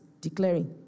declaring